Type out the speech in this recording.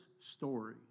story